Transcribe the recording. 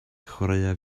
chwaraea